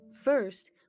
First